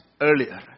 earlier